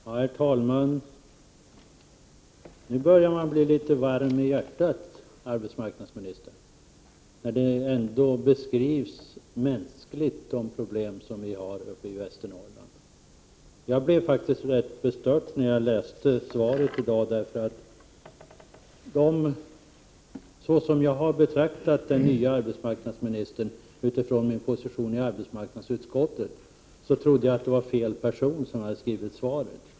Herr talman! Nu börjar jag bli varm om hjärtat, arbetsmarknadsministern, när de problem som vi har uppe i Västernorrland beskrivs litet mänskligt. Jag blev faktiskt rätt bestört då jag läste statsrådets svar i dag. Med tanke på hur jag, utifrån min position i arbetsmarknadsutskottet, har betraktat den nya arbetsmarknadsministern trodde jag att fel person hade skrivit svaret.